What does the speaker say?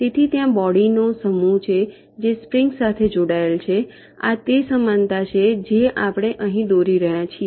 તેથી ત્યાં બોડી નો સમૂહ છે જે સ્પ્રિંગ્સ સાથે જોડાયેલ છે આ તે સમાનતા છે જે આપણે અહીં દોરી રહ્યા છીએ